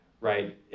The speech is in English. right